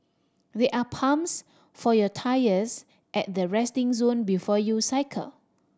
there are pumps for your tyres at the resting zone before you cycle